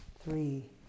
three